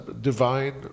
divine